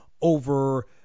over